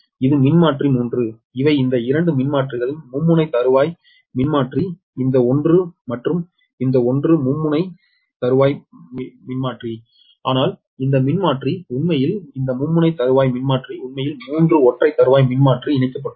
இது மின்மாற்றி 3 இவை இந்த இரண்டு மின்மாற்றிகள் மும்முனை தறுவாய் மின்மாற்றி இந்த ஒன்று மற்றும் இந்த ஒன்று மும்முனை தறுவாய் மின்மாற்றி ஆனால் இந்த மின்மாற்றி உண்மையில் இந்த மும்முனை தறுவாய் மின்மாற்றி உண்மையில் மூன்று ஒற்றை தறுவாய் மின்மாற்றி இணைக்கப்பட்டுள்ளது